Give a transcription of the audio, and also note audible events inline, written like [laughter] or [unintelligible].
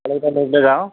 [unintelligible] যাওঁ